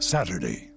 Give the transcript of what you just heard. Saturday